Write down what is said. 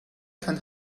can